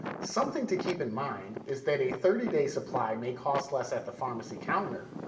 something to keep in mind is that a thirty day supply may cost less at the pharmacy counter,